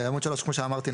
כפי שאמרתי,